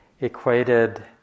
equated